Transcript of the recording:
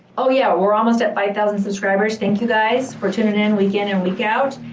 oh yeah, we're almost at five thousand subscribers, thank you guys, for tuning in week in and week out,